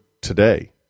today